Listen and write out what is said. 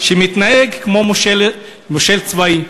שמתנהג כמו מושל צבאי.